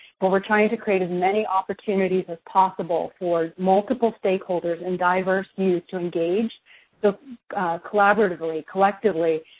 but we're trying to create as many opportunities as possible for multiple stakeholders and diverse views to engage so collaboratively, collectively,